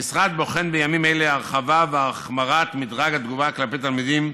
המשרד בוחן בימים אלה הרחבה והחמרת מדרג התגובה כלפי תלמידים